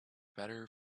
better